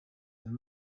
and